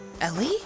Ellie